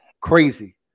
crazy